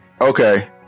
Okay